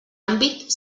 àmbit